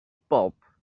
pulp